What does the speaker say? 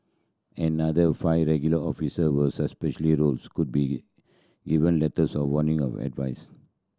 another five regular officer will roles could be given letters of warning or advice